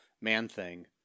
Man-Thing